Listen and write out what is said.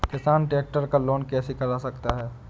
किसान ट्रैक्टर का लोन कैसे करा सकता है?